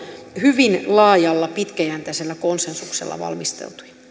hyvin laajalla pitkäjänteisellä konsensuksella valmisteltuja